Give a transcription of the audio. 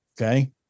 Okay